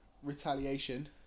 retaliation